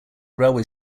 railway